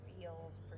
feels